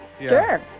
Sure